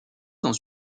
dans